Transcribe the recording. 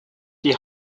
die